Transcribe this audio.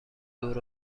دور